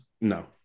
no